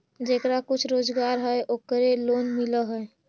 जेकरा कुछ रोजगार है ओकरे लोन मिल है?